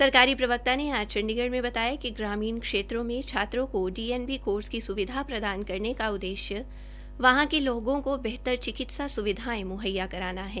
सरकारी प्रवक्ता ने आज चंडीगए में बताया कि ग्रामीण क्षेत्रों में छात्रों को डीएनबी कोर्स की स्विधा करने का उद्देश्य वहां के लोगों को बेहतर चिकित्सा स्विधायें म्हैया करना है